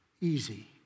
easy